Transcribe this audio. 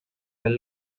del